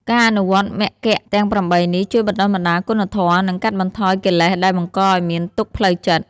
ការអនុវត្តន៍មគ្គទាំង ៨ នេះ ជួយបណ្ដុះបណ្ដាលគុណធម៌ និងកាត់បន្ថយកិលេសដែលបង្កឲ្យមានទុក្ខផ្លូវចិត្ត។